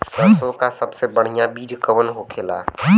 सरसों का सबसे बढ़ियां बीज कवन होखेला?